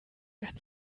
einen